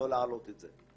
להעלות את זה.